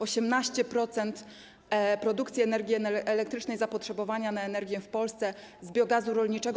18% produkcji energii elektrycznej, zapotrzebowania na energię w Polsce z biogazu rolniczego.